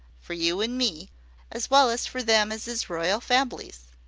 for you an me as well as for them as is royal fambleys.